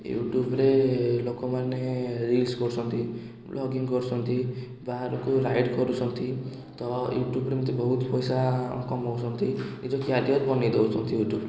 ୟୁଟ୍ୟୁବରେ ଲୋକମାନେ ରିଲ୍ସ୍ କରୁଛନ୍ତି ବ୍ଲଗିଙ୍ଗ୍ କରୁଛନ୍ତି ବାହାରକୁ ରାଇଡ଼୍ କରୁଛନ୍ତି ତ ୟୁଟ୍ୟୁବରେ ଏମିତି ବହୁତ ପଇସା କମାଉଛନ୍ତି ନିଜ କ୍ୟାରିଅର୍ ବନେଇ ଦେଉଛନ୍ତି ୟୁଟ୍ୟୁବରେ